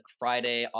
friday